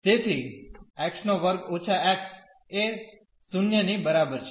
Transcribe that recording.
તેથી x2 − x એ 0 ની બરાબર છે